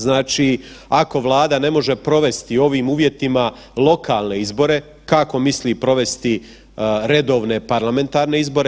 Znači, ako Vlada ne može provesti u ovim uvjetima lokalne izbore kako misli provesti redovne parlamentarne izbore?